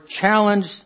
challenged